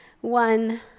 one